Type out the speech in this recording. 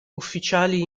ufficiali